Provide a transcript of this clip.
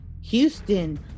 Houston